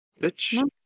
bitch